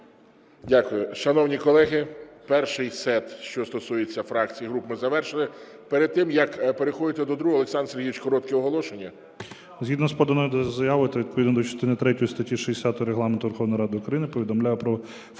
Дякую. Шановні колеги, перший сет, що стосується фракцій і груп, ми завершили. Перед тим, як переходити до другого, Олександр Сергійович, коротке оголошення. КОРНІЄНКО О.С. Згідно з поданою заявою та відповідно до частини третьої статті 60 Регламенту Верховної Ради України повідомляю про входження